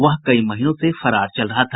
वह कई महीनों से फरार चल रहा था